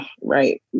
right